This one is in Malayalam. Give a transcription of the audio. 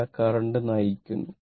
ഇവിടെ കറന്റ് നയിക്കുന്നു